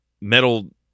metal